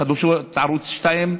בחדשות ערוץ 2,